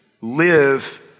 live